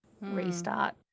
restart